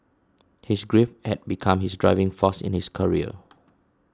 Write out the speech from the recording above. his grief had become his driving force in his career